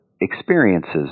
experiences